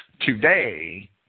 Today